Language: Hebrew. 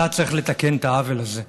אתה צריך לתקן את העוול הזה.